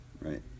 Right